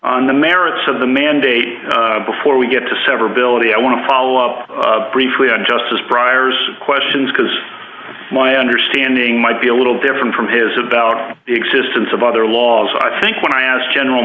on the merits of the mandate before we get to severability i want to follow up briefly on justice briar's questions because my understanding might be a little different from his about the existence of other laws i think when i asked general